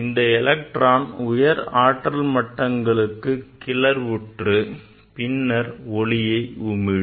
இந்த எலக்ட்ரான் உயர் ஆற்றல் மட்டங்களுக்கு கிளர்வுற்று பின்னர் ஒளியை உமிழும்